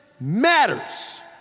matters